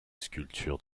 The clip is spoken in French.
sculptures